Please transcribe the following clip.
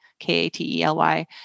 K-A-T-E-L-Y